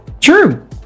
True